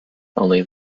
only